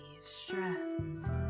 stress